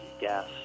gas